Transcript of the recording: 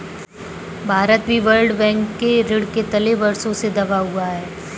भारत भी World Bank के ऋण के तले वर्षों से दबा हुआ है